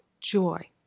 joy